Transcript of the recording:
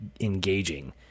engaging